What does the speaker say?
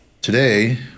Today